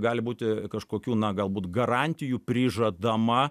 gali būti kažkokių na galbūt garantijų prižadama